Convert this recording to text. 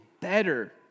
better